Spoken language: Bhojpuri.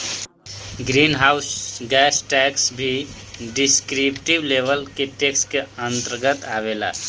ग्रीन हाउस गैस टैक्स भी डिस्क्रिप्टिव लेवल के टैक्स के अंतर्गत आवेला